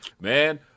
man